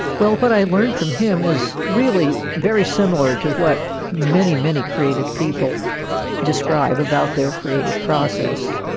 well what i learned from him is really very similar to what many, many creative people describe about their creative process.